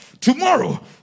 tomorrow